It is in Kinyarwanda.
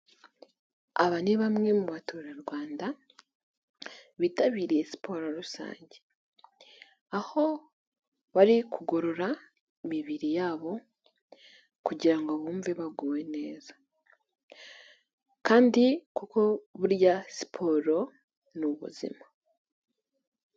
Aba ni bamwe mu baturarwanda bitabiriye siporo rusange aho bari kugorora imibiri yabo kugirango bumve baguwe neza kandi kuko burya siporo ni ubuzima.